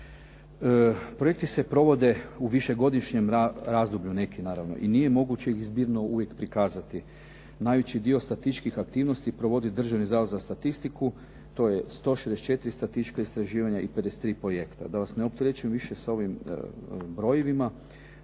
Projekti se provode u višegodišnjem razdoblju, neki naravno, i nije moguće ih zbirno uvijek prikazati. Najveći dio statističkih aktivnosti provodi Državni zavod za statistiku, to je 164 statistička istraživanja i 53 projekta. Da vas ne opterećujem više sa ovim brojevima,